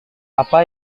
apa